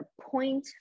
point